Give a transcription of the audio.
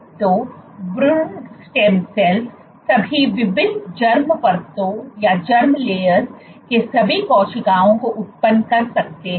तो भ्रूण stem cell सभी विभिन्न जॅम परतों के सभी कोशिकाओं को उत्पन्न कर सकते हैं